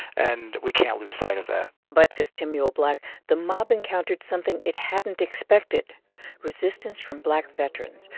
and we can't lose sight of that but, says timuel black, the mob encountered something it hadn't expected resistance from black veterans,